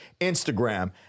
Instagram